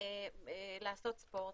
לעשות ספורט